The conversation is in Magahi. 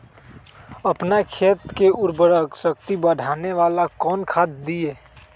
अपन खेत के उर्वरक शक्ति बढावेला कौन खाद दीये?